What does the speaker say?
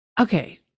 Okay